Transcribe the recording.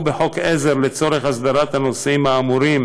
בחוק עזר לצורך הסדרת הנושאים האמורים,